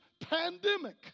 pandemic